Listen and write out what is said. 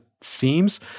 seems